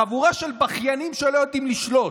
חבורה של בכיינים שלא יודעים לשלוט